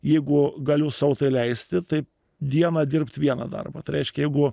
jeigu galiu sau leisti tai dieną dirbt vieną darbą tai reiškia jeigu